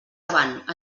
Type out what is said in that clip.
avant